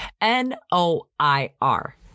n-o-i-r